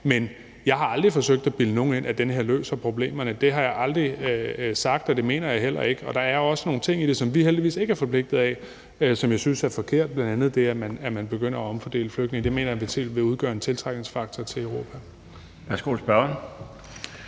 men jeg har aldrig forsøgt at bilde nogen ind, at den løser problemerne. Det har jeg aldrig sagt, og det mener jeg heller ikke, og der er også nogle ting i den, som vi heldigvis ikke er forpligtede af, og som jeg synes er forkerte, bl.a. det, at man begynder at omfordele flygtninge. Det mener jeg vil udgøre en tiltrækningsfaktor til Europa.